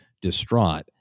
distraught